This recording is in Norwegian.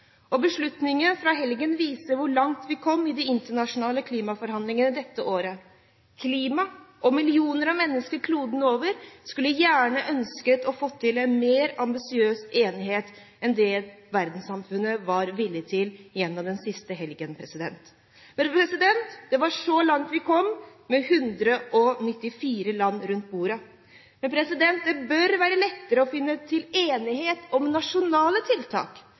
fra helgen viser hvor langt vi kom i de internasjonale klimaforhandlingene dette året. Når det gjelder klima og millioner av mennesker kloden over, skulle man gjerne fått til en mer ambisiøs enighet enn det verdenssamfunnet var villig til gjennom den siste helgen. Men det var så langt vi kom, med 194 land rundt bordet. Det bør være lettere å komme fram til enighet om nasjonale tiltak,